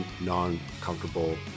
non-comfortable